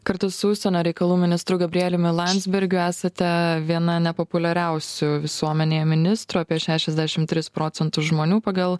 kartu su užsienio reikalų ministru gabrieliumi landsbergiu esate viena nepopuliariausių visuomenėje ministrų apie šešiasdešim tris procentus žmonių pagal